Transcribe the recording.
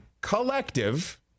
collective